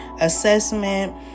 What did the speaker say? assessment